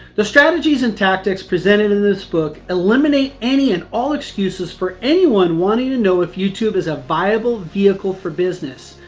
the strategies and tactics presented in this book eliminate any and all excuses for anyone wanting to know if youtube is a viable vehicle for business.